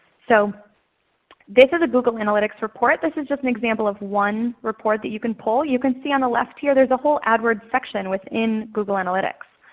so this is a google analytics analytics report. this is just an example of one report that you can pull. you can see on the left here there's a whole adwords section within google analytics.